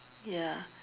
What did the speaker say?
ya